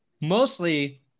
mostly